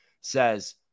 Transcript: says